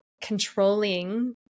controlling